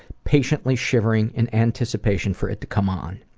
patiently shivering in anticipation for it to come on.